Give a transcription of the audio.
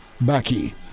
Bucky